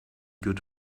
good